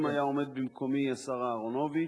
אם היה עומד במקומי השר אהרונוביץ,